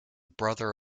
brother